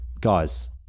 guys